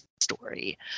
story